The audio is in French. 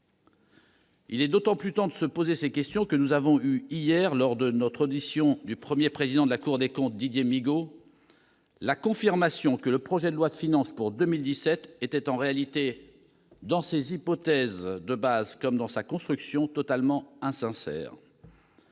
Il est d'autant plus temps de le faire que nous avons eu hier, lors de notre audition du Premier président de la Cour des comptes, Didier Migaud, la confirmation que le projet de loi de finances pour 2017 était, en réalité, dans ses hypothèses de base comme dans sa construction, totalement insincère.